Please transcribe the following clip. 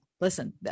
listen